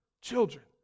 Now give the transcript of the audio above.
children